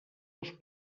los